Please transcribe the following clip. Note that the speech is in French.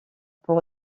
pour